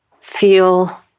feel